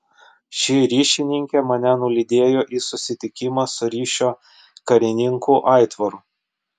ši ryšininkė mane nulydėjo į susitikimą su ryšio karininku aitvaru